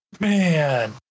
Man